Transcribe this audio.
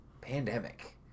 pandemic